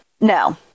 no